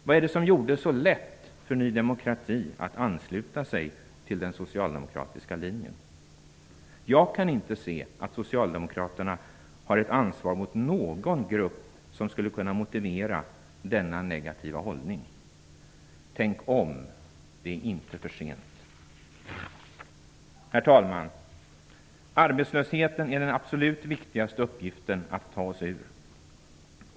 Vad gjorde det så lätt för Ny demokrati att ansluta sig till den socialdemokratiska linjen? Jag kan inte se att socialdemokraterna har ett ansvar mot någon grupp som skulle kunna motivera denna negativa hållning. Tänk om! Det är inte för sent! Herr talman! Arbetslösheten är den absolut viktigaste uppgiften att ta oss ur.